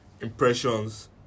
impressions